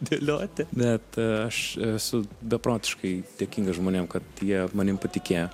dėlioti bet aš esu beprotiškai dėkingas žmonėm kad jie manim patikėjo